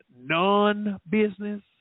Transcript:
non-business